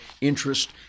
interest